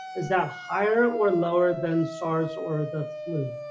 is that higher or lower than sars or the flu?